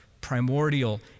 primordial